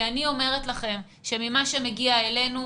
אני אומרת לכם שממה שמגיע אלינו,